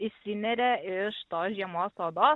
išsineria iš tos žiemos odos